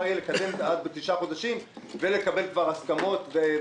יהיה לקדם את זה בתשעה חודשים אז ולקבל כבר הסכמות.